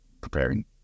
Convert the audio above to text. preparing